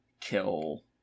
kill